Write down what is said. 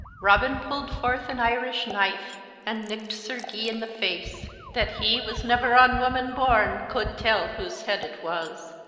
robin pulled forth an irish kniffe, and nicked sir guy in the face, that he was never on woman born cold tell whose head it was.